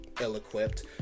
ill-equipped